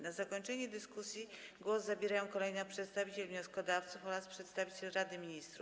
Na zakończenie dyskusji głos zabierają kolejno przedstawiciel wnioskodawców oraz przedstawiciel Rady Ministrów.